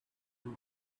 read